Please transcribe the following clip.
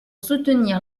soutenir